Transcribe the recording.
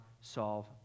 solve